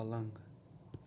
پَلنٛگ